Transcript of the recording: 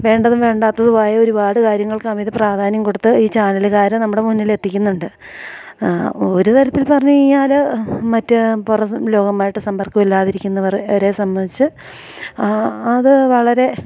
വേണ്ടതും വേണ്ടാത്തതുമായ ഒരുപാട് കാര്യങ്ങൾക്ക് അമിത പ്രാധാന്യം കൊടുത്ത് ഈ ചാനലുകാര് നമ്മുടെ മുന്നിലെത്തിക്കുന്നുണ്ട് ഒരു തരത്തിൽ പറഞ്ഞുകഴിഞ്ഞാല് മറ്റ് പുറംലോകവുമായിട്ട് സമ്പർക്കമില്ലാതിരിക്കുന്നവരെ സംബന്ധിച്ച് ആ അത് വളരെ